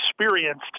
experienced